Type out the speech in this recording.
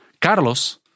Carlos